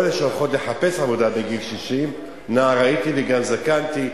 לא אלה שהולכות לחפש עבודה בגיל 60. נער הייתי וגם זקנתי,